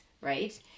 right